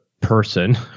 person